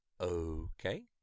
okay